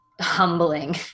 humbling